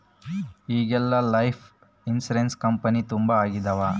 ಈಗೆಲ್ಲಾ life insurance company ತುಂಬಾ ಆಗಿದವ